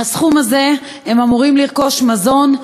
בסכום הזה הם אמורים לרכוש מזון,